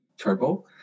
turbo